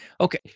Okay